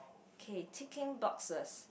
okay ticking boxes